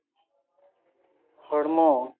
ᱦᱚᱲᱢᱚ